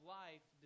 life